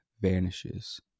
vanishes